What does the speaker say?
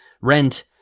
rent